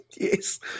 Yes